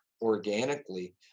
organically